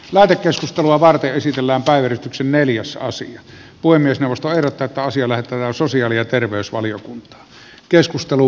lähetekeskustelua vartioi sillanpää yrityksen neliosasi puhemiesneuvosto ehdottaa että asia lähetetään sosiaali ja terveysvaliokuntaan